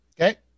Okay